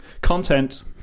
content